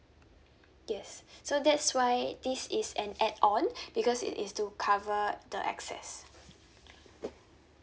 yes so that's why this is an add on because it is to cover the excess